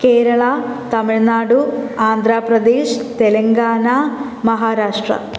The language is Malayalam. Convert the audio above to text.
കേരള തമിഴ്നാടു ആന്ധ്രാപ്രദേശ് തെലങ്കാന മഹാരാഷ്ട്ര